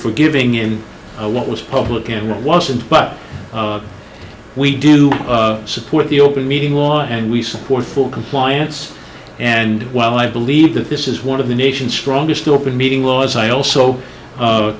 forgiving in what was public and what wasn't but we do support the open meeting law and we support full compliance and while i believe that this is one of the nation's strongest open meeting laws i also